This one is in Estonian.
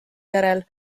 järel